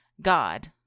God